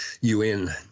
UN